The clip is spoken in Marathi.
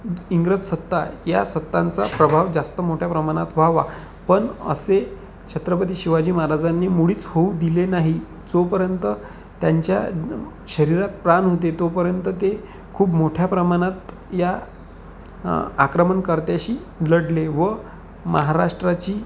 इंग्रज सत्ता या सत्तांचा प्रभाव जास्त मोठ्या प्रमाणात व्हावा पण असे छत्रपती शिवाजी महाराजांनी मुळीच होऊ दिले नाही जोपर्यंत त्यांच्या शरीरात प्राण होते तोपर्यंत ते खूप मोठ्या प्रमाणात या आक्रमणकर्त्यांशी लढले व महाराष्ट्राची